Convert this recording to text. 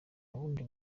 nundi